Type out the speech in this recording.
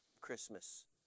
Christmas